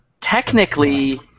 Technically